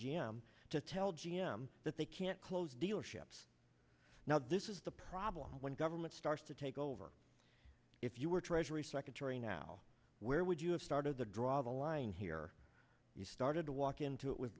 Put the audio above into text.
m to tell g m that they can't close dealerships now this is the problem when government starts to take over if you were treasury secretary now where would you have started to draw the line here you started to walk into it with